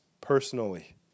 personally